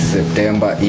September